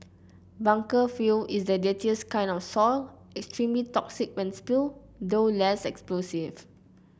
bunker fuel is the dirtiest kind of extremely toxic when spilled though less explosive